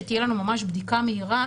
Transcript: שתהיה לנו ממש בדיקה מהירה,